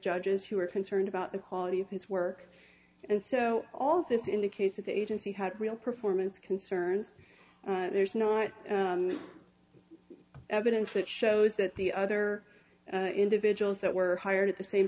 judges who were concerned about the quality of his work and so all of this indicates that the agency had real performance concerns there's not evidence that shows that the other individuals that were hired at the same